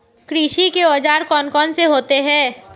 कृषि के औजार कौन कौन से होते हैं?